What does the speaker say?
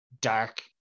dark